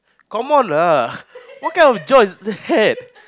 come on lah what kind of job is that